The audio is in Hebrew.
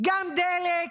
גם דלק,